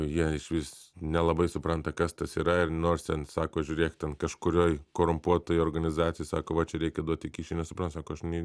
jie išvis nelabai supranta kas tas yra ir nors ten sako žiūrėk ten kažkurioj korumpuotoj organizacijoj sako va čia reikia duoti kyšį nesupranta sako aš ni